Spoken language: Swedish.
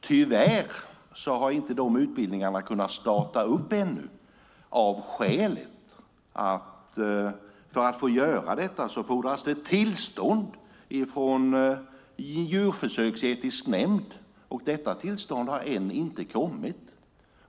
Tyvärr har utbildningarna inte kunnat startas upp ännu av skälet att det för att få göra detta fordras tillstånd från djurskyddsetisk nämnd, och detta tillstånd har ännu inte kommit.